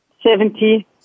Seventy